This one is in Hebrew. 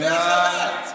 במתווה החל"ת.